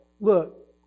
look